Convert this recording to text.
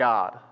God